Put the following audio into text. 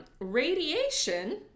radiation